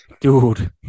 Dude